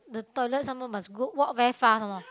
the toilet some more must go walk very far some more